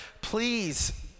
please